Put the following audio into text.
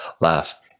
laugh